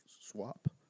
swap